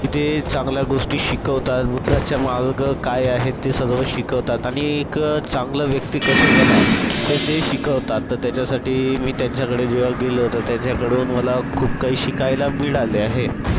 की ते चांगल्या गोष्टी शिकवतात बुद्धाचा मार्ग काय आहे ते सर्व शिकवतात आणि एक चांगले व्यक्ती कसे बनाव हे ते शिकवतात तर त्याच्यासाठी मी त्यांच्याकडे जेव्हा गेलो होतो त्यांच्याकडून मला खूप काही शिकायला मिळाले आहे